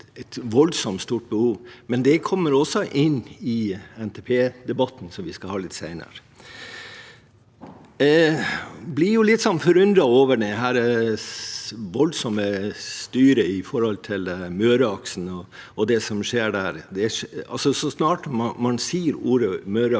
som har et voldsomt stort behov. Det kommer også inn i NTP-debatten, som vi skal ha litt senere. Jeg blir litt forundret over dette voldsomme styret rundt Møreaksen og det som skjer der. Så snart man sier ordet «Møreaksen»,